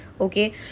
okay